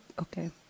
okay